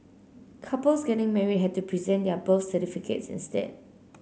couples getting married had to present their birth certificates instead